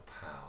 power